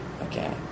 Okay